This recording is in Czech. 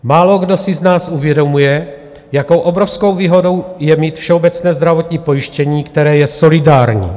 Málokdo si z nás uvědomuje, jakou obrovskou výhodu je mít všeobecné zdravotní pojištění, které je solidární.